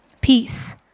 Peace